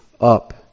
up